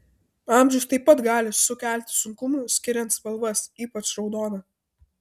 amžius taip pat gali sukelti sunkumų skiriant spalvas ypač raudoną